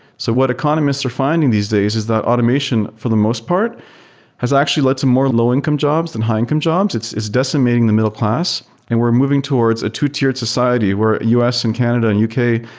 so what economists are finding these days is that automation for the most part has actually let so more low income jobs than high income jobs. it's it's decimating the middleclass and we're moving towards a two-tiered society, where u s. and canada and u k.